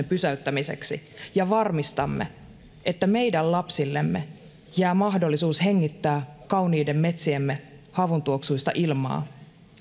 pysäyttämiseksi ja varmistamme että meidän lapsillemme jää mahdollisuus hengittää kauniiden metsiemme havuntuoksuista ilmaa